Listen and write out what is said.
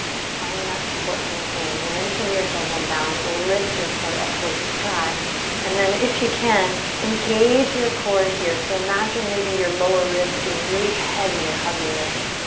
to find that support from within. lengthen your tailbone down, lift your heart up towards the sky and then if you can engage your core here. so imagine maybe your lower ribs getting really heavy and hugging in.